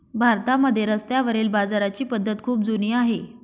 भारतामध्ये रस्त्यावरील बाजाराची पद्धत खूप जुनी आहे